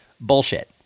bullshit